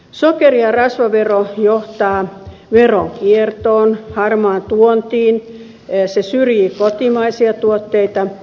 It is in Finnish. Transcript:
sokeri ja rasvavero johtaa veronkiertoon harmaaseen tuontiin se syrjii kotimaisia tuotteita